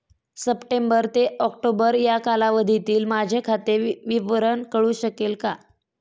September ते October या कालावधीतील माझे खाते विवरण कळू शकेल का?